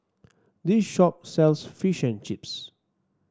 this shop sells Fish and Chips